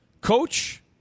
coach